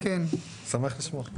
שמח לשמוע.